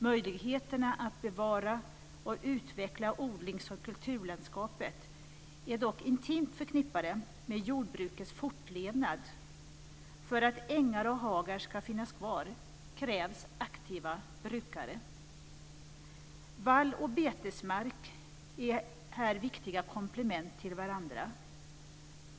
Möjligheterna att bevara och utveckla odlings och kulturlandskapet är dock intimt förknippade med jordbrukets fortlevnad. För att ängar och hagar ska finnas kvar krävs aktiva brukare. Vall och betesmark är här viktiga komplement till varandra.